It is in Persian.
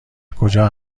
کجا